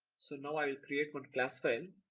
so now i create one class file